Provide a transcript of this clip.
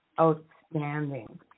outstanding